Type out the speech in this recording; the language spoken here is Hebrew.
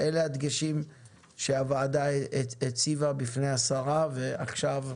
אלה הדגשים שהוועדה הציבה בפני השרה ועכשיו,